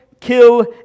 kill